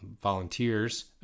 volunteers